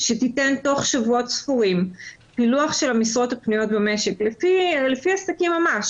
שתיתן תוך שבועות ספורים פילוח של המשרות הפנויות במשק לפי עסקים ממש,